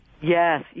Yes